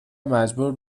مجبور